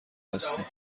هستیم